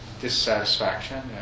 dissatisfaction